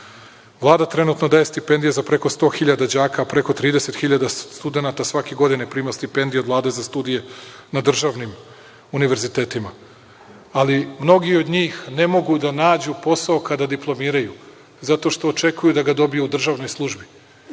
trenutno daje stipendije za preko 100 hiljada đaka, a preko 30 hiljada studenata svake godine prima stipendije Vlade za studije na državnim univerzitetima, ali mnogi od njih ne mogu da nađu posao kada diplomiraju zato što očekuju da ga dobiju u državnoj službi,